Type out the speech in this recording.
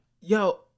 Yo